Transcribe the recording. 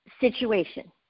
situation